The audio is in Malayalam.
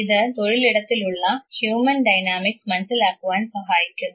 ഇത് തൊഴിലിടത്തിലുള്ള ഹ്യൂമൻ ഡൈനാമിക്സ് മനസ്സിലാക്കുവാൻ സഹായിക്കുന്നു